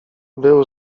byl